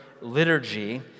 liturgy